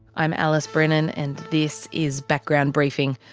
i'm alice brennan, and this is background briefing.